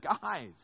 Guys